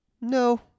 no